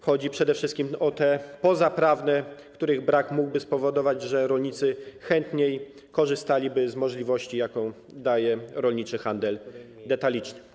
Chodzi przede wszystkim o te bariery pozaprawne, których brak mógłby spowodować, że rolnicy chętniej korzystaliby z możliwości, jaką daje rolniczy handel detaliczny.